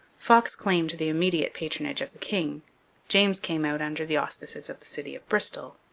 fox claimed the immediate patronage of the king james came out under the auspices of the city of bristol.